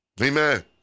Amen